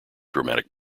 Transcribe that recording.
dramatic